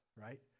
right